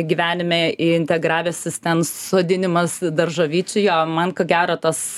gyvenime integravęsis ten sodinimas daržovyčių jo man ko gero tas